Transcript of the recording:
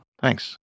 Thanks